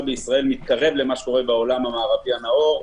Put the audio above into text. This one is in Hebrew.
בישראל מתקרב למה שקורה בעולם המערבי הנאור,